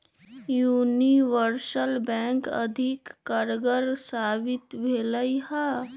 universal bank अधिक कारगर साबित भेलइ ह